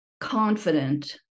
confident